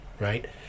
right